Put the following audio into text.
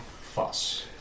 fuss